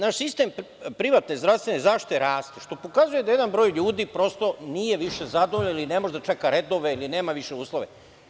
Naš sistem privatne zdravstvene zaštite raste, što pokazuje da jedan broj ljudi nije više zadovoljan ili ne može da čeka redove ili nema uslove.